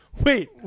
wait